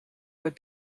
would